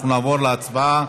אנחנו נעבור להצבעה